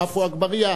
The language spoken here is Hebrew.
או עפו אגבאריה,